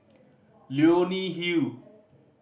Leonie Hill